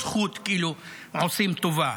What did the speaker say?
זו לא זכות, כאילו שעושים טובה.